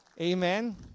Amen